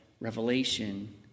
revelation